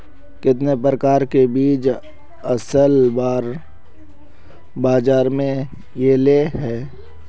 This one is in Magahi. कितने प्रकार के बीज असल बार बाजार में ऐले है?